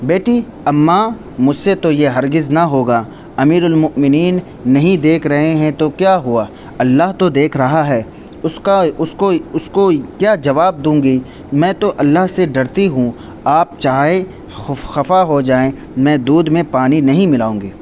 بیٹی اماں مجھ سے تو یہ ہرگز نہ ہوگا امیر المؤمنین نہیں دیکھ رہے ہیں تو کیا ہوا اللہ تو دیکھ رہا ہے اس کا اس کو اس کو کیا جواب دوں گی میں تو اللہ سے ڈرتی ہوں آپ چاہے خفا خفا ہو جائیں میں دودھ میں پانی نہیں ملاؤں گی